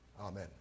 Amen